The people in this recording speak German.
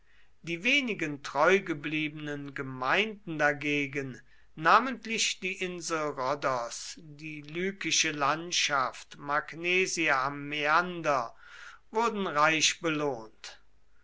die wenigen treugebliebenen gemeinden dagegen namentlich die insel rhodos die lykische landschaft magnesia am mäander wurden reich belohnt